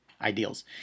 ideals